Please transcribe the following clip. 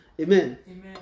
Amen